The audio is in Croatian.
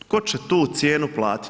Tko će tu cijenu platit?